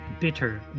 bitter